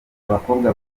abakobwa